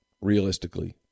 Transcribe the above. realistically